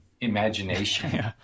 imagination